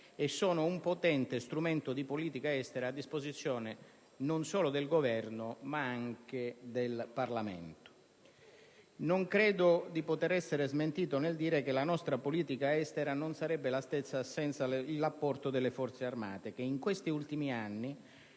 un potente strumento di politica estera, a disposizione non solo del Governo, ma anche del Parlamento. Non credo di poter essere smentito nel dire che la nostra politica estera non sarebbe la stessa senza l'apporto delle Forze armate, che in questi ultimi anni,